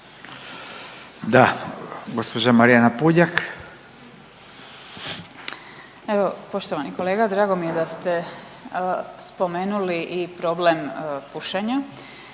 **Puljak, Marijana (Centar)** Evo poštovani kolega, drago mi je da ste spomenuli i problem pušenja,